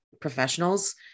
professionals